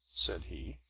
said he,